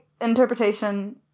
interpretation